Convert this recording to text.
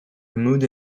removed